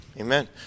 Amen